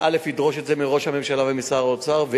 אני קודם כול אדרוש את זה מראש הממשלה ומשר האוצר,